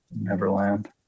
Neverland